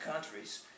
countries